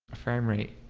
family